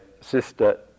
sister